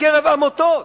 מקרב עמותות,